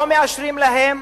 לא מאשרים להם